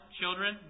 children